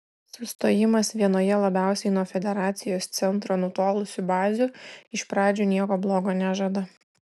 sustojimas vienoje labiausiai nuo federacijos centro nutolusių bazių iš pradžių nieko bloga nežada